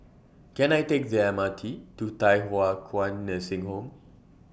Can I Take The M R T to Thye Hua Kwan Nursing Home